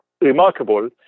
remarkable